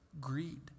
greed